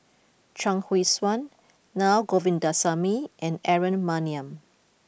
Chuang Hui Tsuan Naa Govindasamy and Aaron Maniam